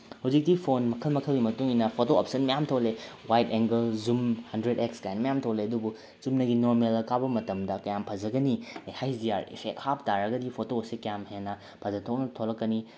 ꯍꯧꯖꯤꯛꯇꯤ ꯐꯣꯟ ꯃꯈꯜ ꯃꯈꯜꯒꯤ ꯃꯇꯨꯡ ꯏꯟꯅ ꯐꯣꯇꯣ ꯑꯣꯞꯁꯟ ꯃꯌꯥꯝ ꯊꯣꯛꯂꯛꯑꯦ wide angle zoom hundred X ꯀꯥꯏꯅ ꯃꯌꯥꯝ ꯊꯣꯛꯂꯛꯑꯦ ꯑꯗꯨꯕꯨ ꯆꯨꯝꯅꯒꯤ ꯅꯣꯔꯃꯦꯜꯗ ꯀꯥꯞꯄ ꯃꯇꯝꯗ ꯀꯌꯥꯝ ꯐꯖꯒꯅꯤ ꯍꯩꯁ ꯗꯤ ꯑꯥꯔ ꯏꯐꯦꯛ ꯍꯥꯞ ꯇꯥꯔꯒꯗꯤ ꯐꯣꯇꯣꯁꯤ ꯀ꯭ꯌꯥꯝ ꯍꯦꯟꯅ ꯐꯖꯊꯣꯛꯅ ꯊꯣꯛꯂꯛꯀꯅꯤ